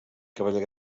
cavaller